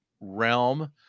realm